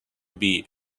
beat